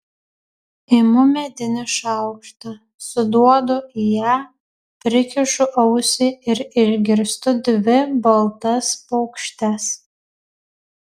imu medinį šaukštą suduodu į ją prikišu ausį ir išgirstu dvi baltas paukštes